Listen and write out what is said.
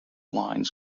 lines